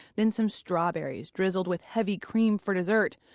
then some strawberries drizzled with heavy cream for dessert.